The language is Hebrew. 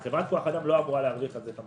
חברת כוח האדם לא אמורה להרוויח על זה.